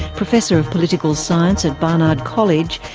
professor of political science at barnard college,